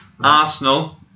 Arsenal